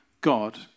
God